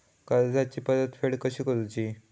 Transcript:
कर्जाची परतफेड कशी करुची?